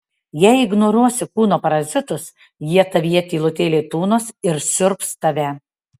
jei ignoruosi kūno parazitus jie tavyje tylutėliai tūnos ir siurbs tave